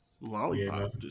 lollipop